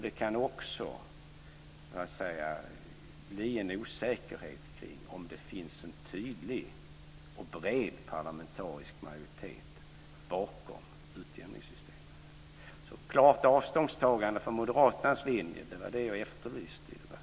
Det kan också bli en osäkerhet kring om det finns en tydlig och bred parlamentarisk majoritet bakom utjämningssystemet. Ett klart avståndstagande från moderaternas linje var det jag efterlyste i debatten.